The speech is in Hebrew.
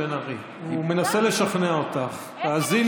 ולא סתם הצעת החוק הזו עלתה.